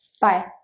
bye